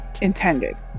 intended